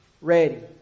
ready